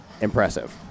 impressive